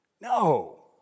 No